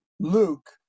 luke